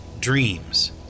dreams